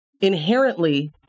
inherently